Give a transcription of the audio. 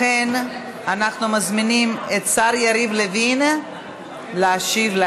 לכן אנחנו מזמינים את השר יריב לוין להשיב על